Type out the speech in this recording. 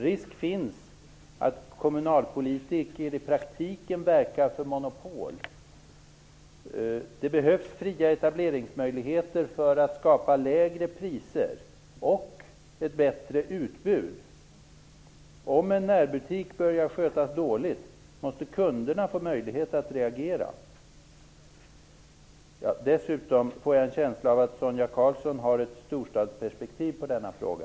Risken finns att kommunalpolitiker i praktiken verkar för monopol. Det behövs fria etableringsmöjligheter för att skapa lägre priser och ett bättre utbud. Om en närbutik börjar skötas dåligt måste kunderna få möjlighet att reagera. Dessutom får jag en känsla av att Sonia Karlsson har ett storstadsperspektiv på denna fråga.